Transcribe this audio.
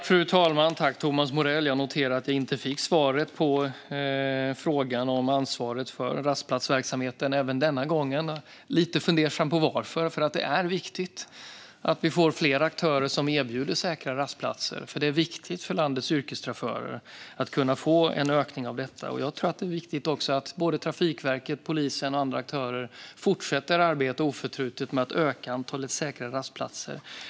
Fru talman! Jag noterar att jag inte heller denna gång fick svar på frågan om ansvaret för rastplatsverksamheten. Jag är lite fundersam över varför, för det är viktigt att vi får fler aktörer som erbjuder säkra rastplatser. Det är viktigt för landets yrkeschaufförer att få en ökning av detta. Jag tror att det är viktigt också att Trafikverket, polisen och andra aktörer fortsätter att arbeta oförtrutet med att öka antalet säkra rastplatser.